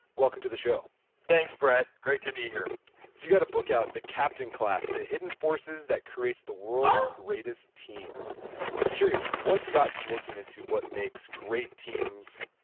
welcome to the show thanks brett, great to be here so you got a book out, the captain class the hidden forces that creates the world's greatest teams i'm curious, what got you looking into what makes great teams,